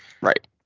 right